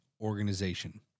organization